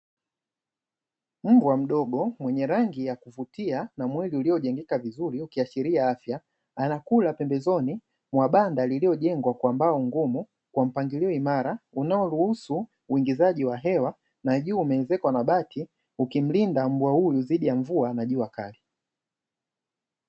Mbwa mdogo mwenye rangi ya kuvutia na mwili uliojengeka vizuri ukiashiria afya anakula pembezoni mwa banda liliojengwa kwa mbao ngumu kwa mpangilio imara unaoruhusu uingizaji wa hewa na juu umeezekwa na bati ukimlinda mbwa huyu ya mvua na jua kali.